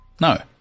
No